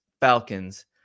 Falcons